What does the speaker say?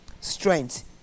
strength